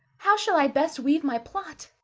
how shall i best weave my plot?